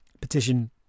petition